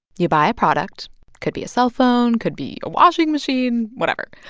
you buy a product could be a cellphone, could be a washing machine, whatever.